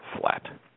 flat